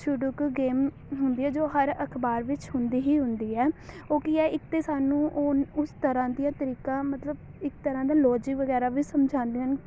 sudoku game ਹੁੰਦੀ ਹੈ ਜੋ ਹਰ ਅਖ਼ਬਾਰ ਵਿੱਚ ਹੁੰਦੀ ਹੀ ਹੁੰਦੀ ਹੈ ਉਹ ਕੀ ਹੈ ਇੱਕ ਤਾਂ ਸਾਨੂੰ ਉਸ ਤਰ੍ਹਾਂ ਦੀਆਂ ਟ੍ਰਿਕਾਂ ਮਤਲਬ ਇੱਕ ਤਰ੍ਹਾਂ ਦੇ ਲੋਜ਼ਿਕ ਵਗੈਰਾ ਵੀ ਸਮਝਾਉਂਦੇ ਹਨ